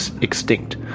extinct